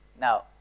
now